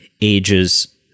ages